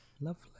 lovely